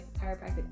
chiropractic